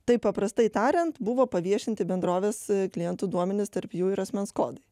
taip paprastai tariant buvo paviešinti bendrovės klientų duomenys tarp jų ir asmens kodai